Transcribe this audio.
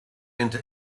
into